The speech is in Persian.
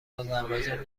آذربایجان